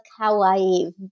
kawaii